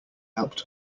helped